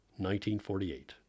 1948